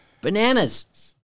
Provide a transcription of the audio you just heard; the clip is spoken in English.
Bananas